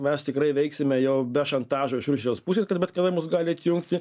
mes tikrai veiksime jau be šantažo iš rusijos pusės kad bet kada mus gali atjungti